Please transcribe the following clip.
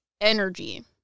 energy